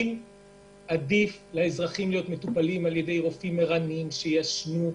עדיף לאזרחים להיות מטופלים בידי רופאים ערניים שישנו.